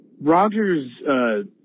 Roger's